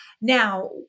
Now